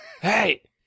Hey